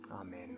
Amen